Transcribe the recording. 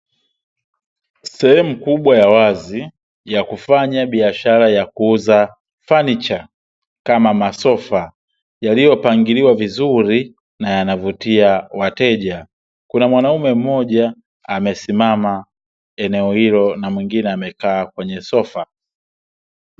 Sehemu kubwa ya wazi ya kufanya biashara ya kuuza fanicha kama masofa yaliyopangiliwa vizuri na yanavutia wateja, kuna mwanaume mmoja amesimama eneo hilo na mwingine amekaa kwenye sofa.